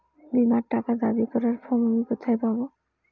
বীমার টাকা দাবি করার ফর্ম আমি কোথায় পাব?